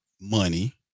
money